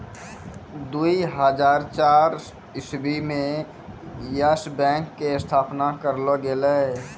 दु हजार चार इस्वी मे यस बैंक के स्थापना करलो गेलै